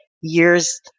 years